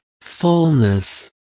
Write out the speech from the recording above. fullness